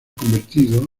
convertido